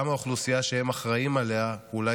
גם האוכלוסייה שהם אחראים עליה אולי